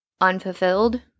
unfulfilled